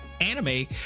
anime